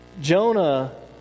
Jonah